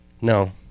No